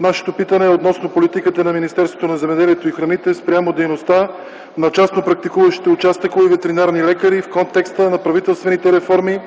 Димитър Колев относно политиката на Министерството на земеделието и храните спрямо дейността на частно практикуващите участъкови ветеринарни лекари в контекста на правителствените реформи